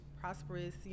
prosperous